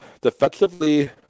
Defensively